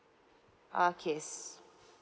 okays